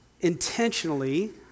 intentionally